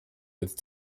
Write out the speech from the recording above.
with